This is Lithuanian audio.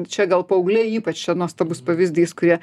čia gal paaugliai ypač čia nuostabus pavyzdys kurie